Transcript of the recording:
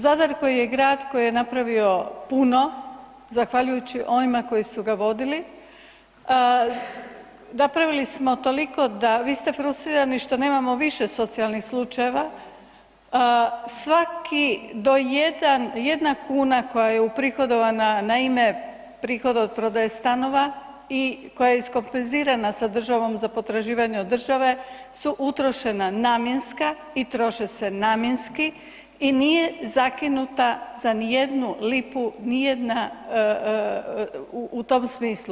Zadar koji je grad koji je napravio puno zahvaljujući onima koji su ga vodili, napravili smo toliko da, vi ste frustrirani što nemamo više socijalnih slučajeva, svaki do jedan, jedna kuna koja je uprihodovana na ime prihod od prodaje stanova i koja je iskompenzirana sa državom za potraživanje od države su utrošena namjenska i troše se namjenski i nije zakinuta za ni jednu lipu ni jedna u tom smislu.